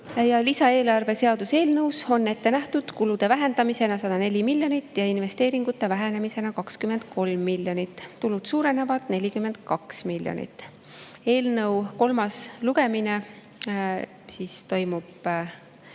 Lisaeelarve seaduse eelnõus on ette nähtud kulude vähenemisena 104 miljonit ja investeeringute vähenemisena 23 miljonit. Tulud suurenevad 42 miljonit. Eelnõu kolmas lugemine toimub